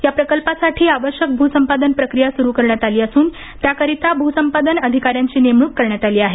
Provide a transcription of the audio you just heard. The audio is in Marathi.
या प्रकल्पासाठी आवश्यक भ्रसंपादन प्रक्रिया सुरू करण्यात आली असून त्याकरिता भ्रसंपादन अधिकाऱ्यांची नेमण्रक करण्यात आली आहे